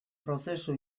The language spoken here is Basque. prozesu